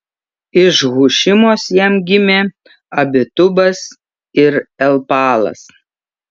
iš hušimos jam gimė abitubas ir elpaalas